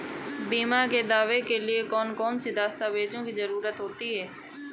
बीमा के दावे के लिए कौन कौन सी दस्तावेजों की जरूरत होती है?